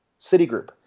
Citigroup